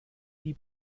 die